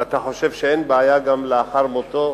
אתה חושב שאין בעיה לקרוא גם לאחר מותו?